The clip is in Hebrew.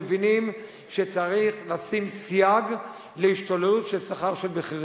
מבינים שצריך לשים סייג להשתוללות של שכר של בכירים.